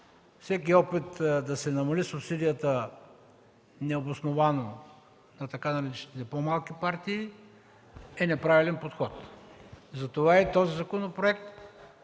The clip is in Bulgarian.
Всеки опит да се намали субсидията необосновано на така наречените „по-малки партии” е неправилен подход. Затова и този законопроект,